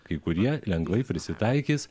kai kurie lengvai prisitaikys